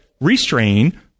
restrain